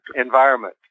environment